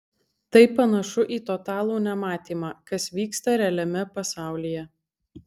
tai panašu į totalų nematymą kas vyksta realiame pasaulyje